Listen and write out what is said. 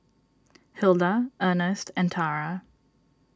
Hilda Ernest and Tara